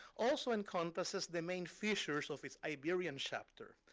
also encompasses the main features of his iberian chapter.